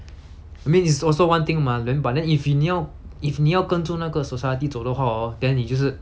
I mean it's also one thing mah then but then if you 你要 if 你要跟着那个 society 走的话 hor then 你就是